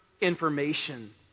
information